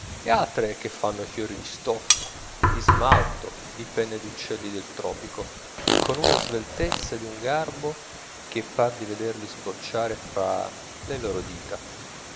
e altre che fanno i fiori di stoffa di smalto di penne d'uccelli del tropico con una sveltezza ed un garbo che par di vederli sbocciare fra le loro dita